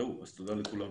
זהו, אז תודה לכולם.